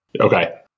Okay